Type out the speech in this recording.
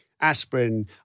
aspirin